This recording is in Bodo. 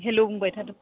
हेल' बुंबायथादों